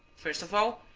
first of all,